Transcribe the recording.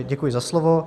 Děkuji za slovo.